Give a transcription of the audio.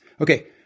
Okay